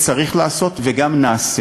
וצריך לעשות וגם נעשה.